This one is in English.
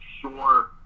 sure